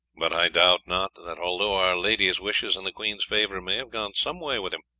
but i doubt not that, although our lady's wishes and the queen's favour may have gone some way with him,